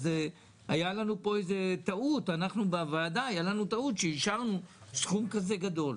לנו בוועדה הייתה טעות שאישרנו סכום כזה גדול.